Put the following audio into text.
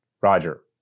Roger